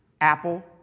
Apple